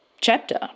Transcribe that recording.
chapter